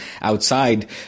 outside